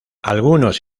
algunos